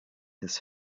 his